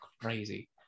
Crazy